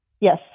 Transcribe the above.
Yes